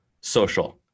social